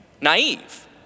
Naive